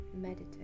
meditate